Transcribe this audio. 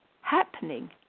happening